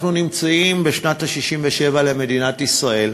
אנחנו בשנה ה-67 למדינת ישראל.